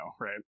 right